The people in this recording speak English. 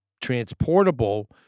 transportable